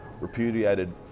Repudiated